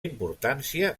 importància